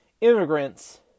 immigrants